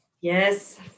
Yes